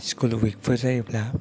school उइक फोर जायोब्ला